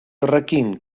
horrekin